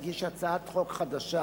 שיגיש הצעת חוק חדשה,